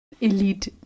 elite